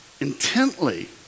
intently